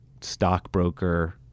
stockbroker